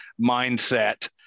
mindset